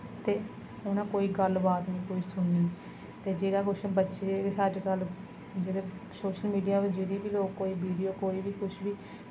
ते उनें कोई गल्ल बात निं कोई सुननी ते जेह्ड़ा कुछ बच्चें गी अज्ज कल जेह्ड़ा सोशल मीडिया पर जेह्ड़ी बी कोई लोक कोई वीडियो कुछ बी